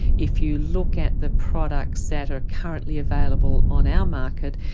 if you look at the products that are currently available on our market,